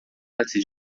antes